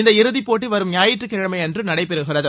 இந்த இறுதிப்போட்டி வரும் ஞாயிற்றுக்கிழமை அன்று நடைபெறுகிறது